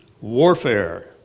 warfare